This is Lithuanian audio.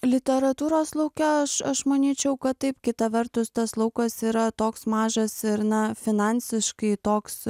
literatūros lauke aš aš manyčiau kad taip kita vertus tas laukas yra toks mažas ir na finansiškai toks